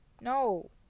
No